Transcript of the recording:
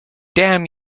damn